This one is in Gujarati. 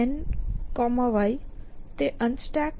y તે UnStack